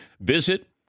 Visit